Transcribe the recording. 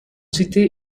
cité